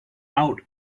out